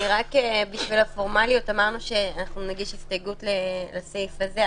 הפורמליות אמרנו שאנחנו נגיש הסתייגות לסעיף הזה,